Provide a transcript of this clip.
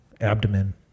abdomen